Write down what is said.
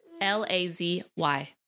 L-A-Z-Y